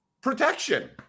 protection